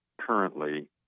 Currently